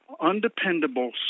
undependable